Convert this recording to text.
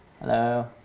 Hello